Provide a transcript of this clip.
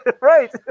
right